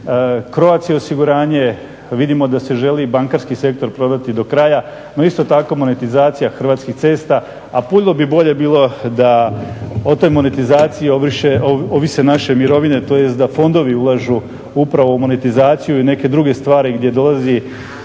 Croatia osiguranje, vidimo da se želi bankarski sektor prodati do kraja, no isto tako monetizacija Hrvatskih cesta, a puno bi bolje bilo da o toj monetizaciji ovise naše mirovine tj. da fondovi ulažu upravo u monetizaciju i neke druge stvari gdje dolazi